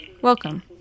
Welcome